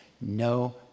No